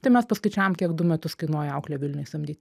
tai mes paskaičiavom kiek du metus kainuoja auklę vilniuj samdyt